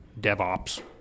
DevOps